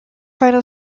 final